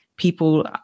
People